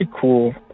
cool